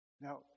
Now